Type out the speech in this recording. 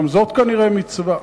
גם זאת כנראה מצווה.